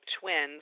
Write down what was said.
twins